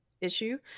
issue